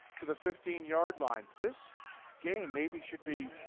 to the fifteen yard line. this game, maybe should be,